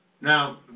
Now